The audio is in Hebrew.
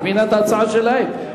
מבחינת ההצעה שלהם.